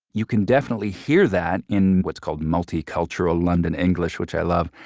you can definitely hear that in what's called multicultural london english, which i love,